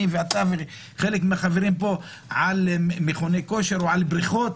אני זוכר שאתה ואני וחלק מהחברים פה שעל מכוני כושר ובריכות,